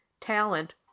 talent